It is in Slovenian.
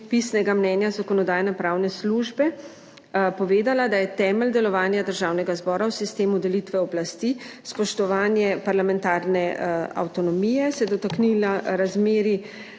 pisnega mnenja Zakonodajno-pravne službe povedala, da je temelj delovanja Državnega zbora v sistemu delitve oblasti spoštovanje parlamentarne avtonomije, se dotaknila razmerij